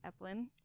Eplin